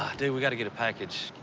dude we got to get a package.